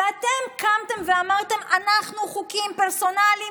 ואתם קמתם ואמרתם: אנחנו נילחם